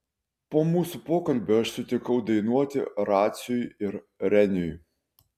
po mūsų pokalbio aš sutikau dainuoti raciui ir reniui